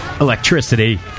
electricity